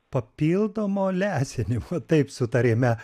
papildomo lesinimo taip sutarėme